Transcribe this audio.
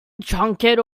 drunkard